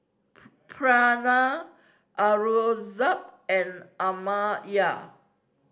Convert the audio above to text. Pranav Aurangzeb and Amartya